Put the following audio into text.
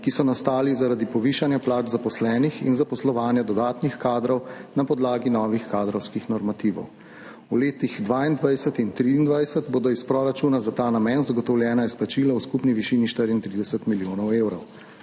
ki so nastali zaradi povišanja plač zaposlenih in zaposlovanja dodatnih kadrov na podlagi novih kadrovskih normativov. V letih 2022 in 2023 bodo iz proračuna za ta namen zagotovljena izplačila v skupni višini 34 milijonov evrov,